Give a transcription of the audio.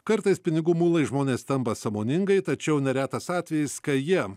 kartais pinigų mulai žmonės tampa sąmoningai tačiau neretas atvejis kai jie